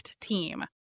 team